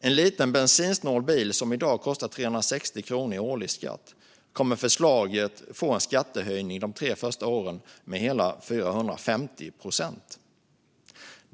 En liten, bensinsnål bil som i dag kostar 360 kronor i årlig skatt kommer med förslaget att få en skattehöjning de tre första åren med hela 450 procent.